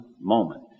moment